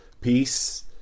Peace